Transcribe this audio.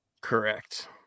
correct